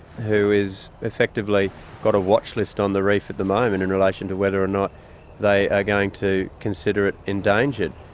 who has effectively got a watch-list on the reef at the moment in relation to whether or not they are going to consider it endangered,